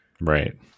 right